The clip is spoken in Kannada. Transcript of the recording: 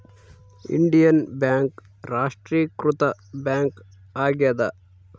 ಇಂಡಿಯನ್ ಬ್ಯಾಂಕ್ ರಾಷ್ಟ್ರೀಕೃತ ಬ್ಯಾಂಕ್ ಆಗ್ಯಾದ